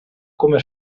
come